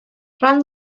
rand